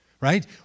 Right